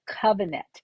covenant